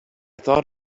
thought